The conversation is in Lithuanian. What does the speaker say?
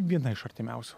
viena iš artimiausių